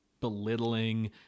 belittling